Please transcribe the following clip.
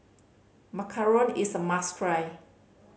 macaron is a must try